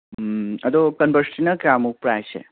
ꯑꯗꯣ ꯀꯟꯚꯔꯁꯁꯤꯅ ꯀꯌꯥꯃꯨꯛ ꯄ꯭ꯔꯥꯏꯁꯁꯦ